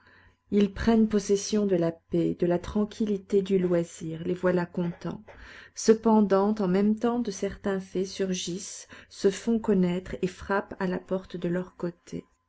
ils prennent possession de la paix de la tranquillité du loisir les voilà contents cependant en même temps de certains faits surgissent se font reconnaître et frappent à la porte de leur côté